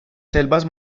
selvas